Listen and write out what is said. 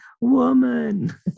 Woman